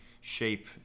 shape